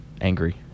angry